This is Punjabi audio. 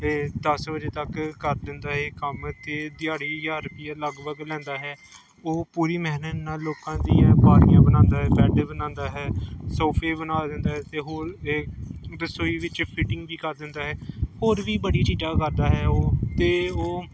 ਅਤੇ ਦਸ ਵਜੇ ਤੱਕ ਕਰ ਦਿੰਦਾ ਇਹ ਕੰਮ ਅਤੇ ਦਿਹਾੜੀ ਹਜ਼ਾਰ ਰੁਪਏ ਲਗਭਗ ਲੈਂਦਾ ਹੈ ਉਹ ਪੂਰੀ ਮਿਹਨਤ ਨਾਲ ਲੋਕਾਂ ਦੀਆਂ ਬਾਰੀਆਂ ਬਣਾਉਂਦਾ ਬੈੱਡ ਬਣਾਉਂਦਾ ਹੈ ਸੋਫੇ ਬਣਾ ਦਿੰਦਾ ਹੈ ਅਤੇ ਹੋਰ ਇਹ ਰਸੋਈ ਵਿੱਚ ਫਿਟਿੰਗ ਵੀ ਕਰ ਦਿੰਦਾ ਹੈ ਹੋਰ ਵੀ ਬੜੀ ਚੀਜ਼ਾਂ ਕਰਦਾ ਹੈ ਉਹ ਅਤੇ ਉਹ